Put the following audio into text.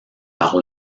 par